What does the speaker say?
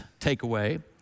takeaway